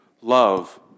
love